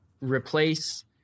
replace